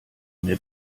mir